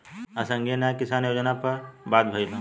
आज संघीय न्याय किसान योजना पर बात भईल ह